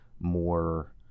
more